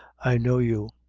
i know you.